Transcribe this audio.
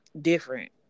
different